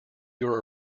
your